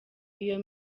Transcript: iyo